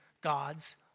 God's